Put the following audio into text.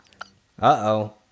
Uh-oh